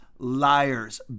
Liars